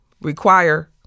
require